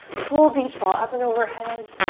full beach ball up and overhead.